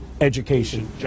education